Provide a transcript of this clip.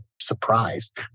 surprised